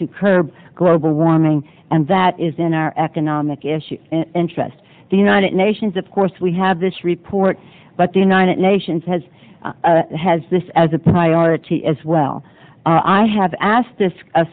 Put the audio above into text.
to curb global warming and that is in our economic issue interest the united nations of course we have this report but the united nations has has this as a priority as well i have asked this a